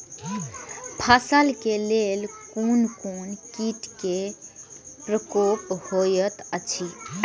फसल के लेल कोन कोन किट के प्रकोप होयत अछि?